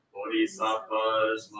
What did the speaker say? Bodhisattvas